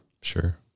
sure